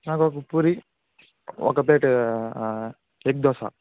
నాకు ఒక పూరి ఒక ప్లేటు ఎగ్ దోశ